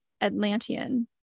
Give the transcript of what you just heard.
Atlantean